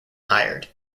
hired